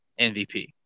MVP